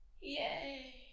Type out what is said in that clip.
Yay